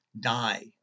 die